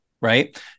right